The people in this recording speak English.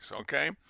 okay